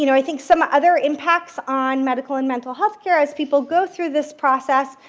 you know i think some other impacts on medical and mental health care, as people go through this process